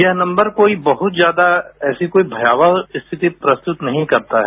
यह नम्बर कोई बहुत ज्यादा ऐसी कोई भयावह स्थिति प्रस्तुत नहीं करता है